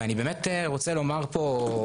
ואני באמת רוצה לומר פה,